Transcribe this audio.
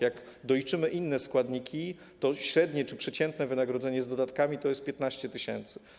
Jak doliczymy inne składniki, to średnie czy przeciętne wynagrodzenie z dodatkami wynosi 15 tys.